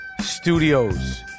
Studios